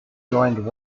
joined